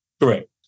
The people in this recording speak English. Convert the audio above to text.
Correct